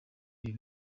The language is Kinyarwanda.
ibyo